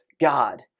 God